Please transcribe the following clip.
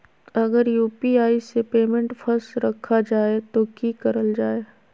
अगर यू.पी.आई से पेमेंट फस रखा जाए तो की करल जाए?